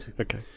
Okay